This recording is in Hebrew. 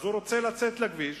הם רוצים לצאת לכביש,